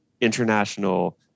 international